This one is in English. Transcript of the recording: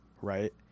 right